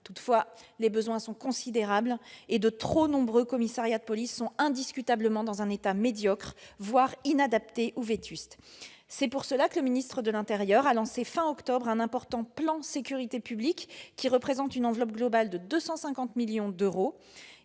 Toutefois, les besoins sont considérables et de trop nombreux commissariats de police sont dans un état indiscutablement médiocre, voire inadapté ou vétuste. C'est la raison pour laquelle le ministre de l'intérieur a lancé, fin octobre, un important plan sécurité publique, qui représente une enveloppe globale de 250 millions d'euros.